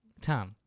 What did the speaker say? Tom